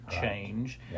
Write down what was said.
change